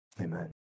Amen